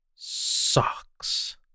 socks